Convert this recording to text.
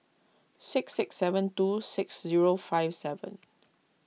six six seven two six zero five seven